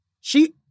She-